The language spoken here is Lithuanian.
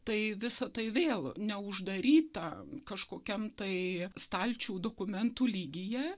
tai visa tai vėl neuždaryta kažkokiam tai stalčių dokumentų lygyje